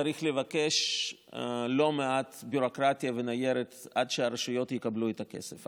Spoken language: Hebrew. צריך לבקש לא מעט ביורוקרטיה וניירת עד שהרשויות יקבלו את הכסף.